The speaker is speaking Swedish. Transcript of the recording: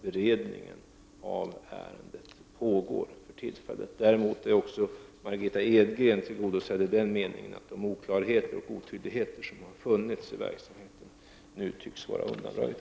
Beredningen av ärendet pågår för tillfället. Däremot är också Margitta Edgren tillgodosedd i den meningen att de oklarheter och otydligheter som funnits i verksamheten nu tycks vara undanröjda.